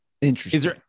Interesting